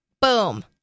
Boom